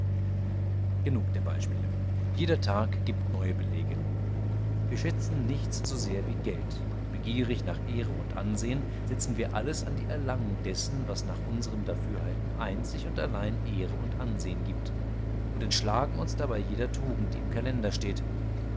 genug der beispiele jeder tag gibt neue belege wir schätzen nichts so sehr wie geld und begierig nach ehre und ansehn setzen wir alles an die erlangung dessen was nach unserem dafürhalten einzig und allein ehre und ansehn gibt und entschlagen uns dabei jeder tugend die im kalender steht